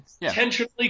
intentionally